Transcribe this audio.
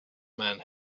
man